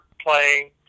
playing